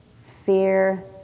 fear